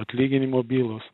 atlyginimo bylos